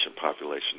population